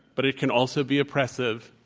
but it can also be oppressive.